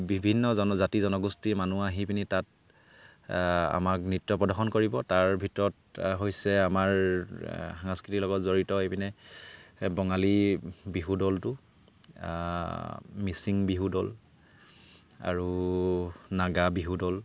বিভিন্ন জনজাতি জনগোষ্ঠীৰ মানুহ আহি পিনি তাত আমাক নৃত্য প্ৰদৰ্শন কৰিব তাৰ ভিতৰত হৈছে আমাৰ সাংস্কৃতিৰ লগত জড়িত এইপিনে বঙালী বিহু দলটো মিচিং বিহু দল আৰু নাগা বিহু দল